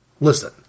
Listen